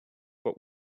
but